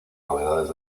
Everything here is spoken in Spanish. novedades